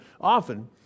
often